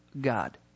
God